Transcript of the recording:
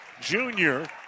junior